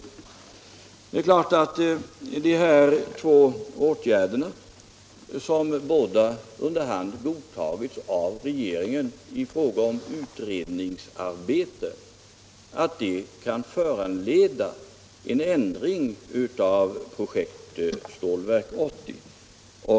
Det är klart att de här två åtgärderna, som båda under hand godtagits av regeringen i fråga om utredningsarbetet, kan föranleda en ändring av projekt Stålverk 80.